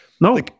No